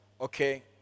Okay